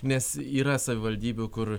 nes yra savivaldybių kur